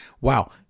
Wow